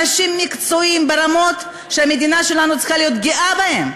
אנשים מקצועיים ברמות שהמדינה שלנו צריכה להיות גאה בהם.